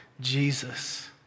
Jesus